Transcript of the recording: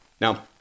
Now